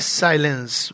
silence